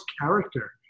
character